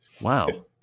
wow